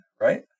Right